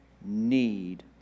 need